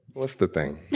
what's the thing?